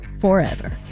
forever